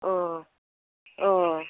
अ अ